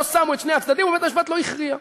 לא שמו את שני הצדדים ובית-המשפט לא הכריע.